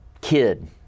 Kid